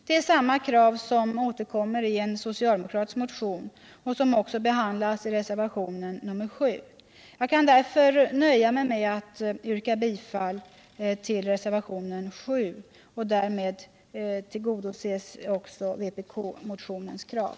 Det är samma krav som återkommer i en socialdemokratisk motion och som också behandlas i reservationen 7. Jag kan därför nöja mig med att yrka bifall till reservationen 7. Därmed tillgodoses också vpk-motionens krav.